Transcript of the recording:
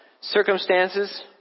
circumstances